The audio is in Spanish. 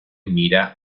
mira